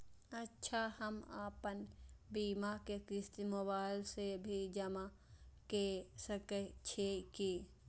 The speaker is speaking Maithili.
अच्छा हम आपन बीमा के क़िस्त मोबाइल से भी जमा के सकै छीयै की?